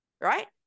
right